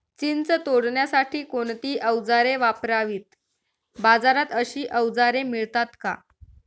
चिंच तोडण्यासाठी कोणती औजारे वापरावीत? बाजारात अशी औजारे मिळतात का?